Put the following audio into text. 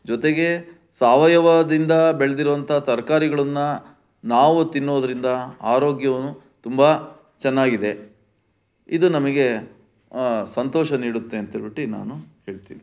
ಜೊತೆಗೆ ಸಾವಯವದಿಂದ ಬೆಳೆದಿರೋವಂಥ ತರಕಾರಿಗಳನ್ನ ನಾವು ತಿನ್ನೋದರಿಂದ ಆರೋಗ್ಯವು ತುಂಬ ಚೆನ್ನಾಗಿದೆ ಇದು ನಮಗೆ ಸಂತೋಷ ನೀಡುತ್ತೆ ಅಂತ ಹೇಳ್ಬಿಟ್ಟು ನಾನು ಹೇಳ್ತೀನಿ